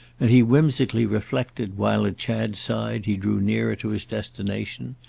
and he whimsically reflected, while at chad's side he drew nearer to his destination,